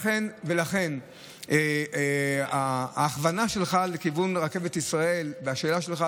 לכן ההכוונה שלך לכיוון רכבת ישראל והשאלה שלך,